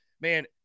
man